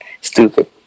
Stupid